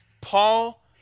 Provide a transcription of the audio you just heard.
Paul